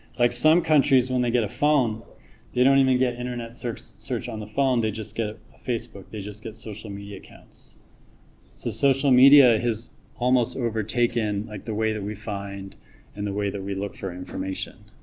like some countries when they get a phone they don't even get internet search search on the phone they just get facebook they just get social media accounts so social media has almost overtaken like the way that we find and the way that we look for information,